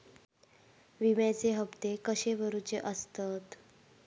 विम्याचे हप्ते कसे भरुचे असतत?